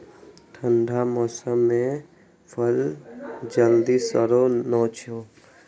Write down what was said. ठंढा मौसम मे फल जल्दी सड़ै नै छै